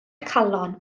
calon